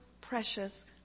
precious